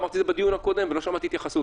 אמרתי את זה גם בדיון הקודם ולא שמעתי התייחסות,